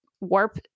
warp